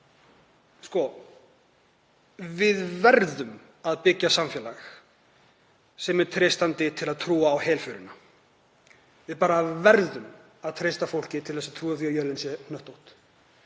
að við verðum að byggja samfélag sem er treystandi til að trúa á helförina. Við verðum bara að treysta fólki til að trúa því að jörðin sé hnöttótt.